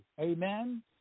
Amen